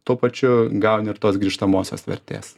tuo pačiu gauni ir tos grįžtamosios vertės